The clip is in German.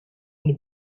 eine